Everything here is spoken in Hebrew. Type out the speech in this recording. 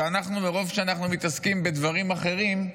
שמרוב שאנחנו מתעסקים בדברים אחרים,